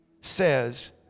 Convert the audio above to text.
says